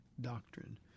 doctrine